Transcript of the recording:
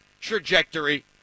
trajectory